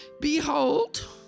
Behold